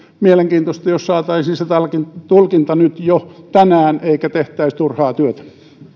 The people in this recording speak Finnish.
mielenkiintoista jos saataisiin se tulkinta nyt jo tänään eikä tehtäisi turhaa työtä